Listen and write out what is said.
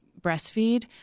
breastfeed